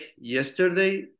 yesterday